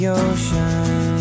ocean